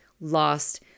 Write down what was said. lost